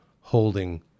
holding